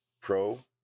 pro